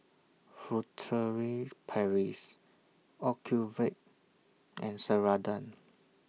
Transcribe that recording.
Furtere Paris Ocuvite and Ceradan